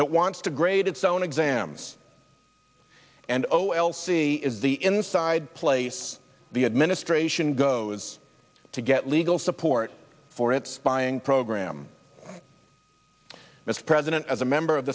that wants to grade its own exams and o l c is the inside place the administration goes to get legal support for its buying program its president as a member of